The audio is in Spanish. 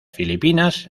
filipinas